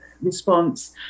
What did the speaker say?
response